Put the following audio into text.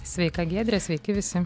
sveika giedre sveiki visi